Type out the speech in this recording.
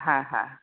હા હા